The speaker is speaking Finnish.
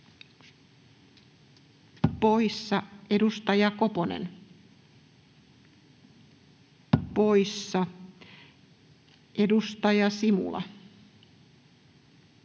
poissa. Edustaja Koponen — poissa. Edustaja Simula